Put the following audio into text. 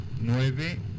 nueve